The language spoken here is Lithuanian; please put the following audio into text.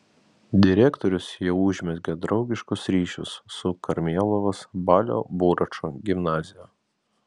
direktorius jau užmezgė draugiškus ryšius su karmėlavos balio buračo gimnazija